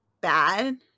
bad